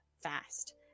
fast